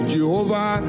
Jehovah